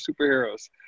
superheroes